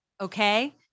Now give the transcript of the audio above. Okay